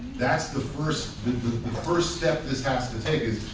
that's the first the first step this has to take is,